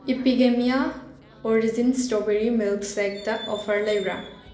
Epigamia origins strawberry milkshake offer ꯂꯩꯕ꯭ꯔꯥ